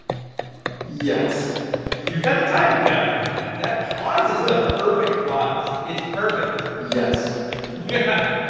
yes you got the timing down even. that pause is the perfect pause. it's perfect yes yeah ah